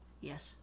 Yes